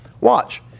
Watch